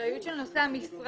האחריות של נושא המשרה,